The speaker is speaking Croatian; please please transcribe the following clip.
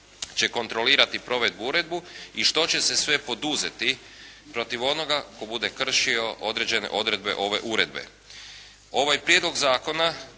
će kontrolirati provedbu, uredbu i što će se sve poduzeti protiv onoga tko bude kršio određene odredbe ove uredbe. Ovaj Prijedlog zakona